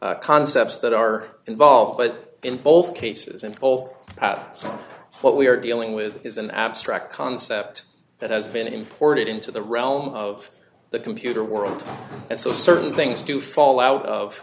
concepts that are involved but in both cases and all patents what we are dealing with is an abstract concept that has been imported into the realm of the computer world and so certain things do fall out of